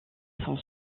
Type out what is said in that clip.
son